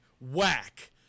whack